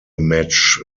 match